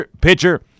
pitcher